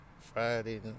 Friday